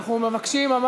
הנושא של שלוש התוכניות,